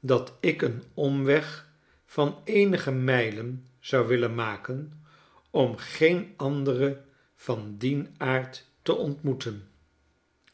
dat ik een omweg van eenige mijlen zou willen maken om geen andere van dien aard te ontmoeten